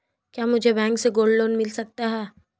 क्या मुझे बैंक से गोल्ड लोंन मिल सकता है?